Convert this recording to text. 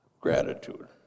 Gratitude